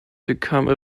become